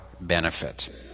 benefit